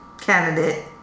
candidate